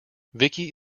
vicki